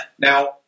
Now